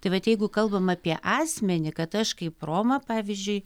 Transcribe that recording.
tai vat jeigu kalbam apie asmenį kad aš kaip roma pavyzdžiui